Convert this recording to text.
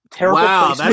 Wow